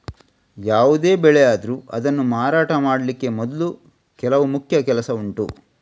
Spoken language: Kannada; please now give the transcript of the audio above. ಯಾವುದೇ ಬೆಳೆ ಆದ್ರೂ ಅದನ್ನ ಮಾರಾಟ ಮಾಡ್ಲಿಕ್ಕೆ ಮೊದ್ಲು ಕೆಲವು ಮುಖ್ಯ ಕೆಲಸ ಉಂಟು